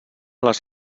les